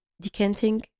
decanting